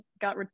got